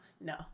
no